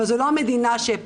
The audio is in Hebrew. אבל זו לא המדינה שהפילה,